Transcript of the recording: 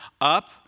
up